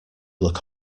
look